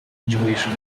jewish